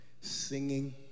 singing